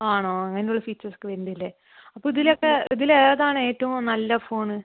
ആണോ അങ്ങനെയുള്ള ഫീച്ചേഴ്സൊക്കെ വരുന്നുണ്ടല്ലേ അപ്പോൾ ഇതിലൊക്കെ ഇതിലേതാണ് നല്ല ഫോൺ